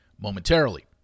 momentarily